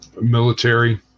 military